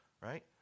right